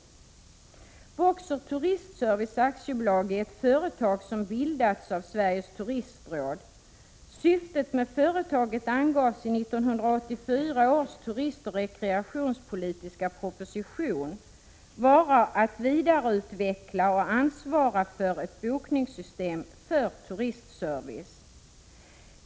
BOKSER turistservice AB är ett företag som bildats av Sveriges turistråd. Syftet med företaget angavs i 1984 års turistoch rekreationspolitiska proposition vara att vidareutveckla och ansvara för ett bokningssystem för turistservice.